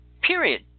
Period